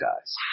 guys